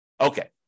Okay